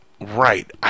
Right